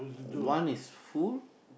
one is full